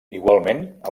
igualment